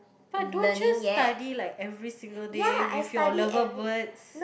but don't choose study like every single day with your lover birds